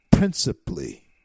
principally